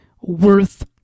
worth